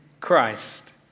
Christ